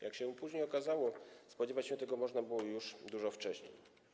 Jak się później okazało, spodziewać się tego można było już dużo wcześniej.